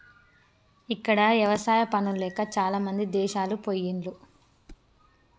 ఇక్కడ ఎవసాయా పనులు లేక చాలామంది దేశాలు పొయిన్లు